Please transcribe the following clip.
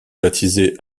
baptisé